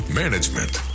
management